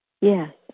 Yes